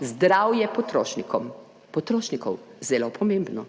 zdravje, potrošnikom, potrošnikov. Zelo pomembno.